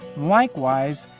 likewise,